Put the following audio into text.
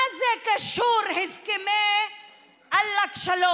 מה זה קשור, הסכמי העלק-שלום,